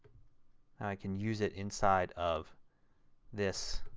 i can use it inside of this